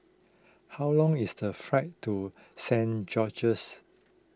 how long is the flight to Saint George's